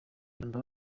kanda